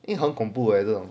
因为很恐怖为这种